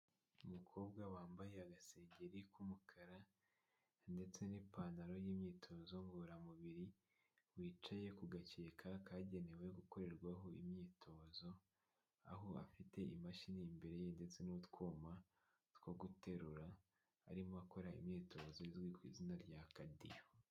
Umukobwa wambaye agasengeri k'umukara ndetse n'ipantaro y'imyitozo ngororamubiri, wicaye ku gakeka kagenewe gukorerwaho imyitozo, aho afite imashini imbere ye ndetse n'utwuma two guterura, arimo akora imyitozo izwi ku izina rya kadeyo.